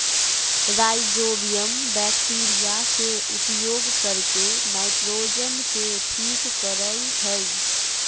rhizobium bacteria के उपयोग करके नाइट्रोजन के ठीक करेय हइ